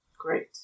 Great